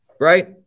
Right